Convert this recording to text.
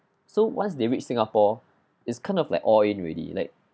so once they reached singapore it's kind of like all in already like